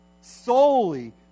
solely